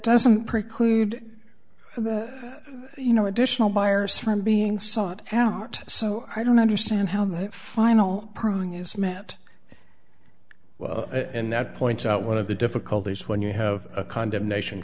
doesn't preclude you know additional buyers from being sought out so i don't understand how that final prying is met well and that points out one of the difficulties when you have a condemnation